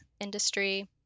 industry